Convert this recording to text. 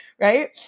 Right